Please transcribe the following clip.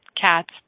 cats